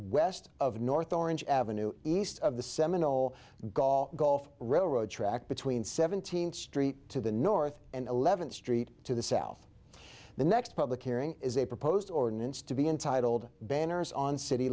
west of north orange ave east of the seminole golf golf railroad track between seventeenth street to the north and eleventh street to the south the next public hearing is a proposed ordinance to be entitled banners on city